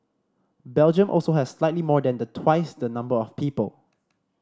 Belgium also has slightly more than the twice the number of people